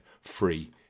free